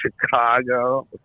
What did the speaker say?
Chicago